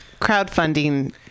crowdfunding